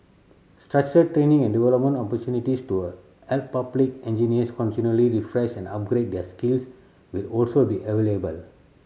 structured training and development opportunities to a help public engineers continually refresh and upgrade their skills will also be available